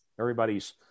Everybody's